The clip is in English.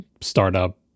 startup